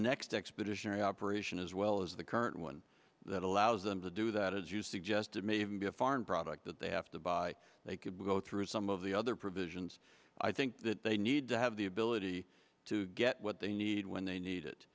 next expeditionary operation as well as the current one that allows them to do that as you suggested may even be a foreign product that they have to buy they could go through some of the other provisions i think that they need to have the ability to get what they need when they need it